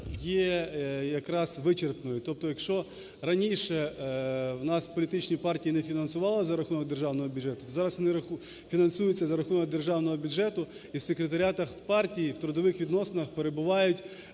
є якраз вичерпною. Тобто, якщо раніше в нас політичні партії не фінансувались за рахунок державного бюджету, то зараз вони фінансуються за рахунок державного бюджету, і в трудових відносинах перебувають